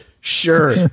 Sure